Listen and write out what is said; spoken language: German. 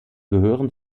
gehören